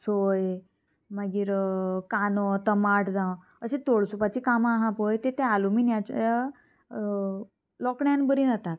सोय मागीर कानो टमाट जावं अशीं तोळसुपाची कामां आहा पळय तें तें एलुमिनियाच्या लोकड्यान बरी जातात